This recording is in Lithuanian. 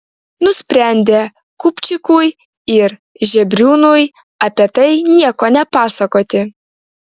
nusprendė kupčikui ir žebriūnui apie tai nieko nepasakoti